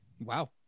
Wow